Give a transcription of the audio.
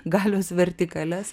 galios vertikales